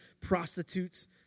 prostitutes